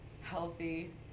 healthy